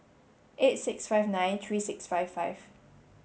eight six five nine three six five five